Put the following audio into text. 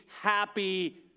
happy